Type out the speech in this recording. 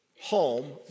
home